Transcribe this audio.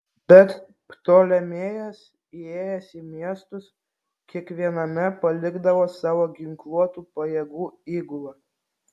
bet ptolemėjas įėjęs į miestus kiekviename palikdavo savo ginkluotų pajėgų įgulą